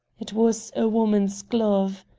it was a woman's glove.